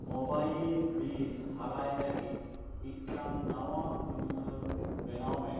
mobile bill ᱦᱟᱞᱟᱭ ᱞᱟᱹᱜᱤᱫ ᱢᱤᱫᱴᱟᱝ ᱱᱟᱣᱟ ᱩᱱᱩᱭᱦᱟᱹᱨ ᱵᱮᱱᱟᱣ ᱢᱮ